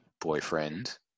boyfriend